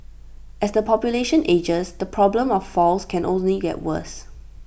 as the population ages the problem of falls can only get worse